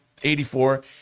84